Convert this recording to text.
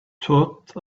thought